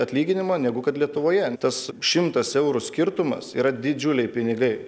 atlyginimą negu kad lietuvoje tas šimtas eurų skirtumas yra didžiuliai pinigai